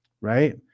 right